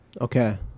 Okay